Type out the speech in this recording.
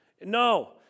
No